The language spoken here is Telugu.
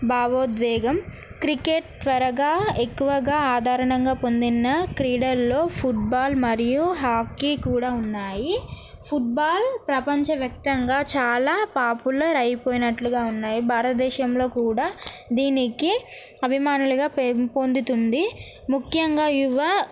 భావోద్వేగం క్రికెట్ త్వరగా ఎక్కువగా ఆదరణంగా పొందిన క్రీడల్లో ఫుట్బాల్ మరియు హాకీ కూడా ఉన్నాయి ఫుట్బాల్ ప్రపంచ వ్యాప్తంగా చాలా పాపులర్ అయిపోయినట్లుగా ఉన్నాయి భారతదేశంలో కూడా దీనికి అభిమానులుగా పొందుతుంది ముఖ్యంగా యువ